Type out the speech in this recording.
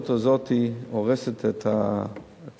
שההידרדרות הזאת הורסת את הארץ.